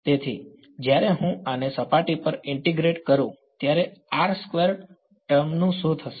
તેથી જ્યારે હું આને સપાટી પર ઇન્ટીગ્રેટ કરું ત્યારે સ્ક્વેર ટર્મ નું શું થશે